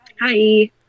Hi